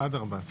עד 14 יום.